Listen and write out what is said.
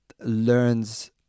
learns